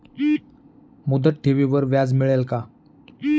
मुदत ठेवीवर व्याज मिळेल का?